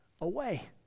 away